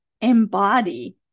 embody